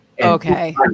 Okay